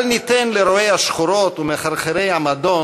אל ניתן לרואי השחורות ולמחרחרי המדון